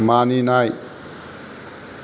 मानिनाय